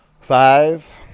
Five